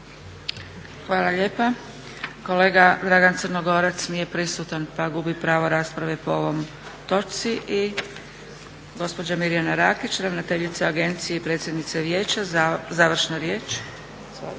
Hvala lijepa. Kolega Dragan Crnogorac nije prisutan pa gubi pravo rasprave po ovoj točci. I gospođa Mirjana Rakić, ravnateljica Agencije i predstavnica Vijeća za završnu riječ.